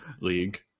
league